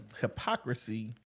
hypocrisy